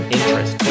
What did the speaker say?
Interest